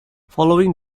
following